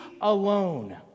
alone